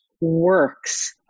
Works